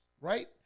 right